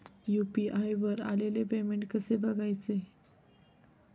UPI वर आलेले payment कसे बघायचे?